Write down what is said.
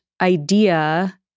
idea